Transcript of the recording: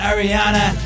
Ariana